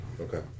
Okay